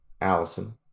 Allison